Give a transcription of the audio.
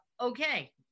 Okay